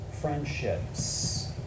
Friendships